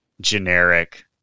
generic